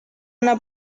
una